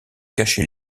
cacher